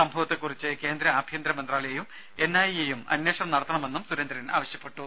സംഭവത്തെക്കുറിച്ച് കേന്ദ്ര ആഭ്യന്തര മന്ത്രാലയവും എൻഐഎയും അന്വേഷണം നടത്തണമെന്നും സുരേന്ദ്രൻ ആവശ്യപ്പെട്ടു